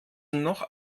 noch